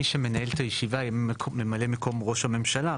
מי שמנהל את הישיבה יהיה ממלא מקום ראש הממשלה,